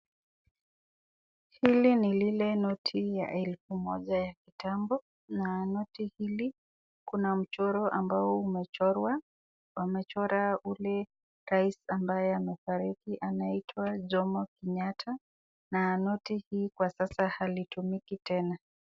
Hili ni lile noti ya elfu moja ya kitambo na noti hili kuna mchoro ambao umechorwa, wamechora ule rais ambaye amefarika anaitwa Jomo Kenyatta na noti hii kwa sasa halitumiki tena.